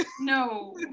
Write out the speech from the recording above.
No